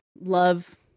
love